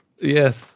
Yes